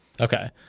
Okay